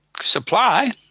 supply